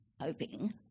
hoping